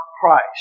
Christ